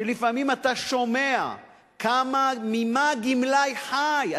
כשלפעמים אתה שומע ממה גמלאי חי,